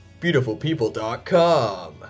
Beautifulpeople.com